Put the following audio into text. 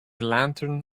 lantern